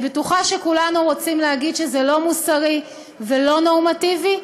אני בטוחה שכולנו רוצים להגיד שזה לא מוסרי ולא נורמטיבי,